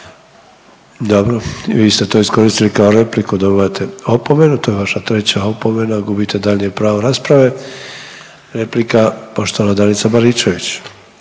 Dobro. I vi ste to iskoristili kao repliku, dobivate opomenu. To je vaša treća opomena, gubite daljnje pravo rasprave. Replika poštovana Danica Baričević.